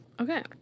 Okay